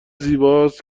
زیباست